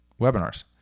webinars